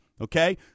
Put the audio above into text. okay